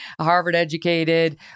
Harvard-educated